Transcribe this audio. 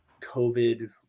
COVID